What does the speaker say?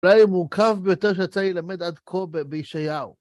אולי המורכב ביותר שיצא לי ללמד עד כה בישעיהו.